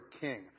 king